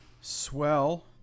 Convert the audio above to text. Swell